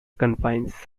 confines